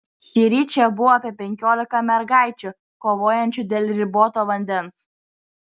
šįryt čia buvo apie penkiolika mergaičių kovojančių dėl riboto vandens